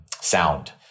sound